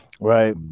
Right